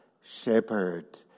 Shepherd